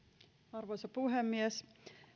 arvoisa puhemies